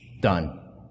done